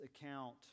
account